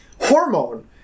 hormone